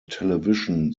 television